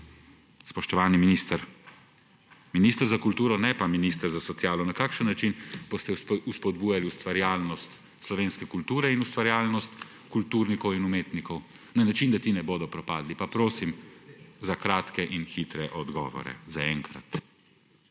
Spoštovani minister, minister za kulturo, ne pa minister za socialo, na kakšen način boste vzpodbujali ustvarjalnost slovenske kulture in ustvarjalnost kulturnikov in umetnikov na način, da ti ne bodo propadli? Pa prosim za kratke in hitre odgovore, zaenkrat.